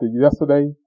yesterday